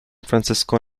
francisco